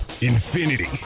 Infinity